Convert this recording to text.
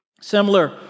Similar